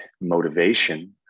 motivation